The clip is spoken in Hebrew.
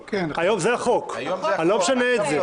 היום זה החוק, אני לא משנה את זה.